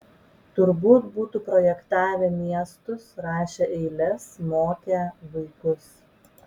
turbūt būtų projektavę miestus rašę eiles mokę vaikus